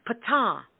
Pata